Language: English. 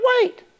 wait